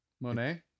monet